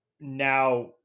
now